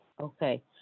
Okay